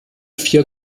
vier